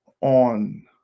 on